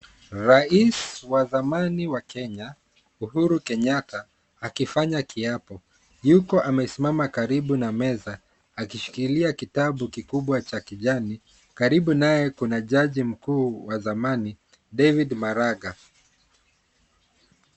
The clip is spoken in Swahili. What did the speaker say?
Rais wa zamani wa Kenya Uhuru Kenyatta akifanya kiapo, yupo amesimama karibu na meza akishikilia kitabu kikubwa cha kijani. Karibu naye kuna jaji mkuu wa zamani David Maraga.